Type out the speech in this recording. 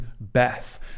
beth